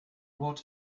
what